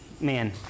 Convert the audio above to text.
man